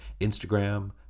Instagram